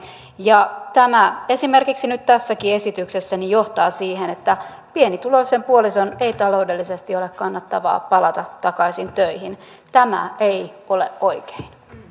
ja tämä esimerkiksi nyt tässäkin esityksessä johtaa siihen että pienituloisen puolison ei taloudellisesti ole kannattavaa palata takaisin töihin tämä ei ole oikein